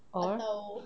or